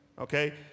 Okay